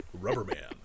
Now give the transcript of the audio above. Rubberman